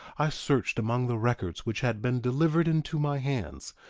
i searched among the records which had been delivered into my hands,